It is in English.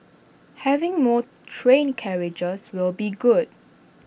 having more train carriages will be good